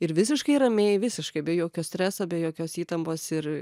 ir visiškai ramiai visiškai be jokio streso be jokios įtampos ir